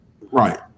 Right